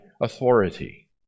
authority